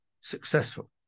successful